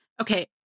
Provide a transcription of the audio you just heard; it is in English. Okay